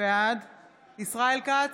בעד ישראל כץ,